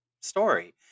story